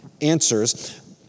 answers